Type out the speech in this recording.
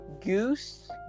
goose